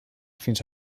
fins